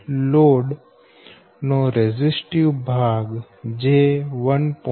load નો resistive ભાગ j1